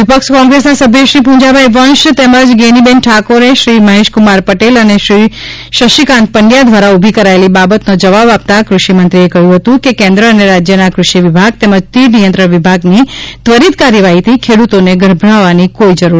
વિપક્ષ કોંગ્રેસના સભ્યશ્રી પુંજાભાઇ વંશ તેમજ ગેનીબેન ઠાકોર શ્રી મહેશકુમાર પટેલ અને શ્રી શશીકાંત પંડચા દ્વારા ઉભી કરાયેલી બાબતનો જવાબ આપતાં કૃષિમંત્રીએ કહ્યું હતું કે કેન્દ્ર અને રાજયના ક્રષિવિભાગ તેમજ તીડ નિયંત્રણ વિભાગની ત્વરિત કાર્યવાહીથી ખેડ્રતોને ગભરાવવાની કોઇ જરૂર નથી